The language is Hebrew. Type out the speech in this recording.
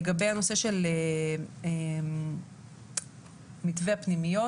לגבי הנושא של מתווה הפנימיות,